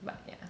but ya